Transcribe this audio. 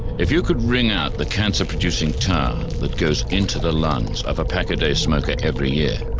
if you could wring out the cancer-producing tar, that goes into the lungs of a pack-a-day smoker every year,